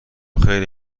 خیلی